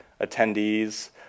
attendees